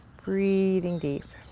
breathing deep.